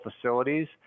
facilities